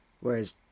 whereas